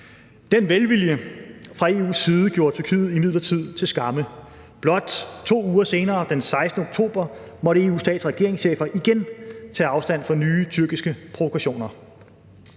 Den velvilje fra EU's side gjorde Tyrkiet imidlertid til skamme. Blot 2 uger senere, den 16. oktober, måtte EU's stats- og regeringschefer igen tage afstand fra nye tyrkiske provokationer.